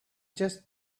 just